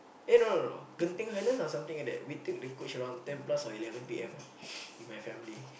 eh no no no Genting-Highlands or something like that we took the coach around ten plus or eleven P_M ah with my family